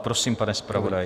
Prosím, pane zpravodaji.